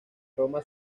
roma